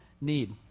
need